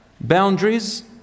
boundaries